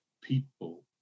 people